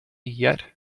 yet